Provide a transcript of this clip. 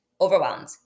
overwhelmed